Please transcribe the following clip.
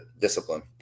Discipline